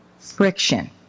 friction